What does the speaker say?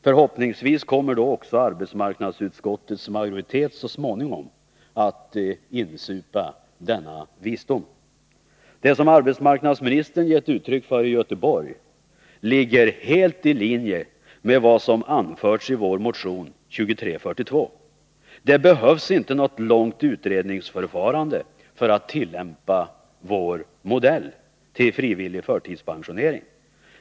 Förhoppningsvis kommer då också arbetsmarknadsutskottets majoritet så småningom att insupa denna visdom. Det som arbetsmarknadsministern gett uttryck för i Göteborg ligger helt i linje med vad som anförts i vår motion 2342. Det behövs inte något långt utredningsförfarande för att tillämpa vår modell till frivillig förtidspensionering.